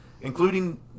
including